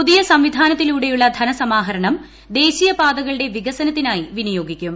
പുതിയ സംവിധാനത്തിലൂടെയുള്ള ധനസമാഹരണം ദേശീയപാതകളുടെ വികസനത്തിനായി വിനിയോഗിക്കും